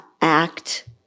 act